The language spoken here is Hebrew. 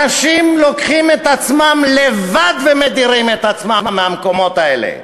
אנשים לוקחים את עצמם לבדם ומדירים את עצמם מהמקומות האלה,